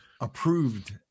approved